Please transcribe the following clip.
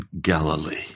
Galilee